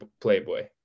Playboy